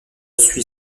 suit